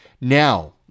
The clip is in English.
now